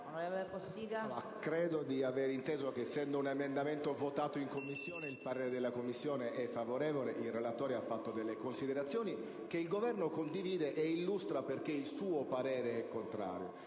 credo di aver inteso che, essendo un emendamento votato in Commissione, il parere della Commissione è favorevole. Il relatore ha fatto delle considerazioni, che il Governo condivide, nell'illustrare i motivi del suo parere contrario.